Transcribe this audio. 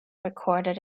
recorded